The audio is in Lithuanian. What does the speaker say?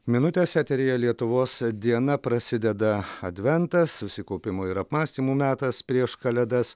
minutės eteryje lietuvos diena prasideda adventas susikaupimo ir apmąstymų metas prieš kalėdas